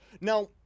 Now